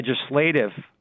legislative